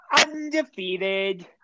undefeated